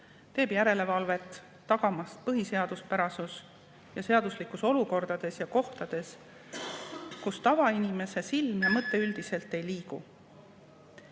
teeb järelevalvet, tagamaks põhiseaduspärasus ja seaduslikkus olukordades ja kohtades, kus tavainimese silm ja mõte üldiselt ei liigu.